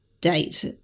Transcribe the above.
date